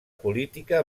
política